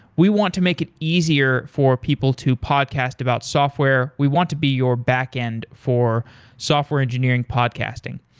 we want to make it easier for people to podcast about software. we want to be your backend for software engineering podcasting.